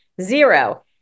zero